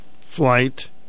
Flight